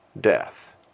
death